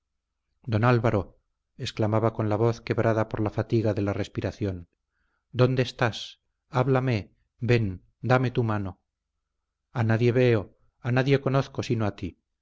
don álvaro exclamaba con la voz quebrada por la fatiga de la respiración dónde estás háblame ven dame tu mano a nadie veo a nadie conozco sino a ti